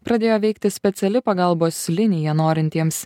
pradėjo veikti speciali pagalbos linija norintiems